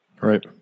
Right